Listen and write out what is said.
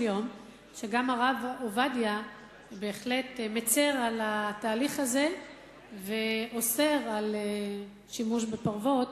יום שגם הרב עובדיה בהחלט מצר על התהליך הזה ואוסר על שימוש בפרוות